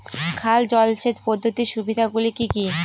খাল জলসেচ পদ্ধতির সুবিধাগুলি কি কি?